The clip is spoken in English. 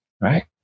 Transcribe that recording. right